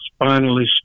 spinalist